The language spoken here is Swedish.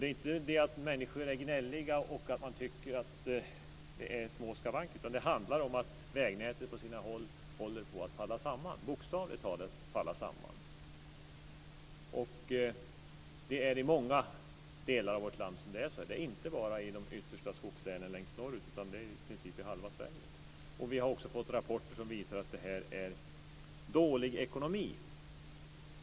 Det är inte så att människor är gnälliga och klagar över små skavanker, utan det handlar om att vägnätet på sina håll är på väg att bokstavligt talat falla samman. Det är så i många delar av vårt län, inte bara i de yttersta skogslänen längst norrut, utan det är i princip i halva Sverige. Vi har också fått rapporter som visar att det är dålig ekonomi.